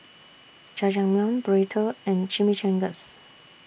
Jajangmyeon Burrito and Chimichangas